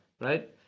right